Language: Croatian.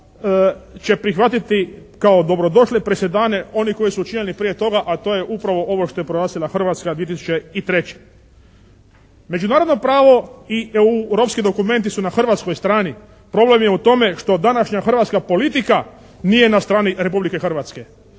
će prihvatiti kao dobro došle presedane one koje su učinili prije toga a to je upravo ovo što je proglasila Hrvatska 2003. Međunarodno pravo i europski dokumenti su na hrvatskoj strani. Problem je u tome što današnja hrvatska politika nije na strani Republike Hrvatske.